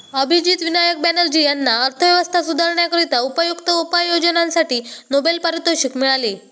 अभिजित विनायक बॅनर्जी यांना अर्थव्यवस्था सुधारण्याकरिता उपयुक्त उपाययोजनांसाठी नोबेल पारितोषिक मिळाले